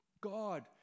God